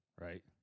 Right